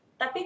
tapi